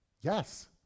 Yes